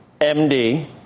MD